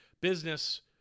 business